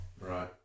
Right